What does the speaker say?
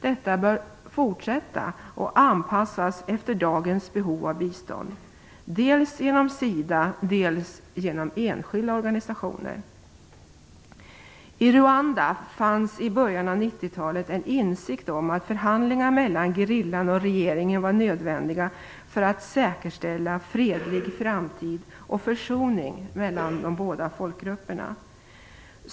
Detta bör fortsätta och anpassas efter dagens behov av bistånd, dels genom SIDA, dels genom enskilda organisationer. I Rwanda fanns i början av 90-talet en insikt om att förhandlingar mellan gerillan och regeringen var nödvändiga för att säkerställa fredlig framtid och försoning mellan de både folkgrupperna.